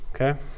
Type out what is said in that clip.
Okay